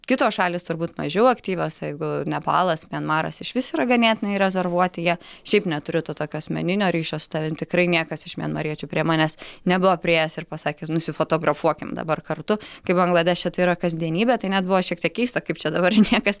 kitos šalys turbūt mažiau aktyvios jeigu nepalas mianmaras išvis yra ganėtinai rezervuoti jie šiaip neturi to tokio asmeninio ryšio su tavim tikrai niekas iš mianmariečių prie manęs nebuvo priėjęs ir pasakęs nusifotografuokim dabar kartu kai bangladeše tai yra kasdienybė tai net buvo šiek tiek keista kaip čia dabar niekas